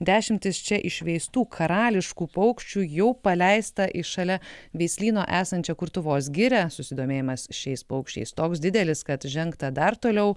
dešimtys čia išveistų karališkų paukščių jau paleista į šalia veislyno esančią kurtuvos girią susidomėjimas šiais paukščiais toks didelis kad žengta dar toliau